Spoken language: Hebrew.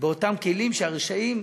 באותם כלים של הרשעים,